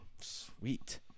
sweet